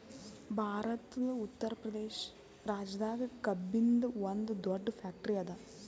ಭಾರತದ್ ಉತ್ತರ್ ಪ್ರದೇಶ್ ರಾಜ್ಯದಾಗ್ ಕಬ್ಬಿನ್ದ್ ಒಂದ್ ದೊಡ್ಡ್ ಫ್ಯಾಕ್ಟರಿ ಅದಾ